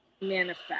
manifest